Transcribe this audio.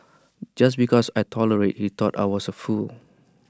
just because I tolerated he thought I was A fool